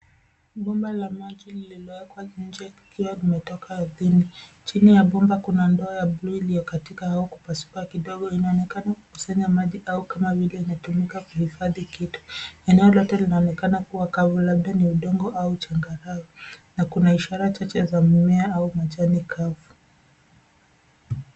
Bomba la maji lililowekwa nje likiwa limetoka ardhini chini ya bomba kuna ndoo ya bluu iliyokatika au kupasuka kidogo inaonekana kukusanya maji au kama vile inatumika kuhifhadhi kitu. Eneo lote linaonekana kuwa kavu labda ni udongo au changarawe na kuna ishara chache za mimea au majani kavu.